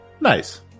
nice